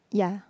ya